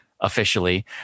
officially